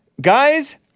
Guys